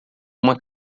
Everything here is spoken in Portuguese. uma